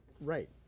Right